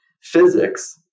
physics